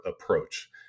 approach